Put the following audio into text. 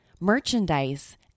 merchandise